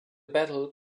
battle